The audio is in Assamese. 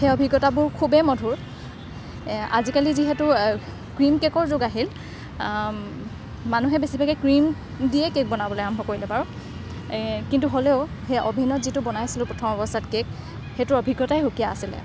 সেই অভিজ্ঞতাবোৰ খুবেই মধুৰ আজিকালি যিহেতু ক্ৰীম কে'কৰ যুগ আহিল মানুহে বেছিভাগে ক্ৰীম দিয়ে কে'ক বনাবলৈ আৰম্ভ কৰিলে বাৰু কিন্তু হ'লেও অ'ভেনত যিটো বনাইছিলোঁ প্ৰথম অৱস্থাত কে'ক সেইটো অভিজ্ঞতাই সুকীয়া আছিলে